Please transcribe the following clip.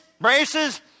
Braces